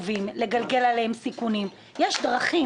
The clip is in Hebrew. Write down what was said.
לא יהיה כפל מבצעים, את זה אני אומר.